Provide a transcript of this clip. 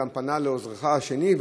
גם פנה לעוזרך השני,